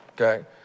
okay